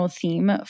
theme